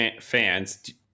fans